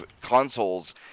Consoles